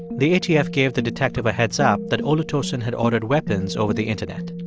the atf gave the detective a heads up that olutosin had ordered weapons over the internet.